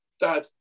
dad